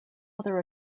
other